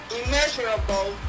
immeasurable